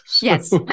Yes